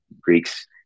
Greeks